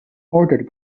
ordered